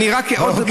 רק עוד,